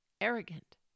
arrogant